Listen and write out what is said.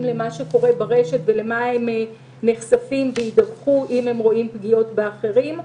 למה שקורה ברשת ולמה שהם נחשפים וידווחו אם הם רואים פגיעות באחרים.